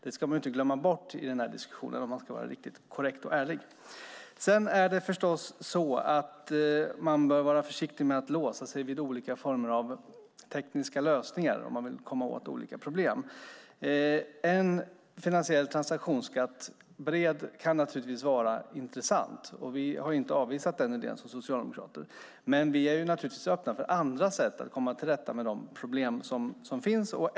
Det ska man inte glömma bort i denna diskussion om man ska vara riktigt korrekt och ärlig. Man bör vara försiktig med att låsa sig vid olika former av tekniska lösningar om man vill komma åt olika problem. En finansiell transaktionsskatt kan naturligtvis vara intressant, och vi socialdemokrater har inte avvisat den idén, men vi är naturligtvis öppna för andra sätt att komma till rätta med de problem som finns.